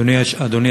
אדוני